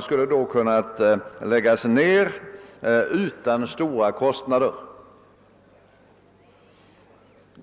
skulle då ha kunnat skrinläggas utan stora kostnader.